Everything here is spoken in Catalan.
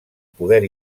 poder